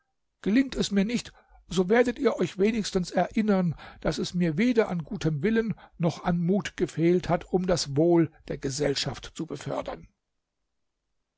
gelingt es mir nicht so werdet ihr euch wenigstens erinneren daß es mir weder an gutem willen noch an mut gefehlt hat um das wohl der gesellschaft zu befördern